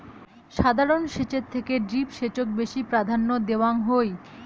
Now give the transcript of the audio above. সাধারণ সেচের থেকে ড্রিপ সেচক বেশি প্রাধান্য দেওয়াং হই